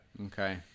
Okay